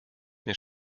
mehr